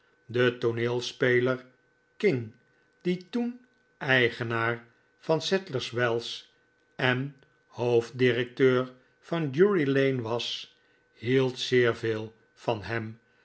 de tooneelspeler king die toen eigenaar van sadlers wells en hoofddirecteur van drury-lane was hield zeer veel van hem